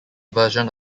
version